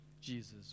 Jesus